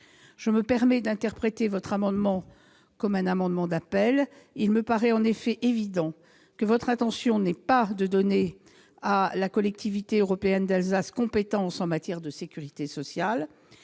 Je me permets d'interpréter votre amendement, monsieur Bigot, comme un amendement d'appel. Il me paraît en effet évident que votre intention n'est pas de donner à la Collectivité européenne d'Alsace compétence en matière de sécurité sociale.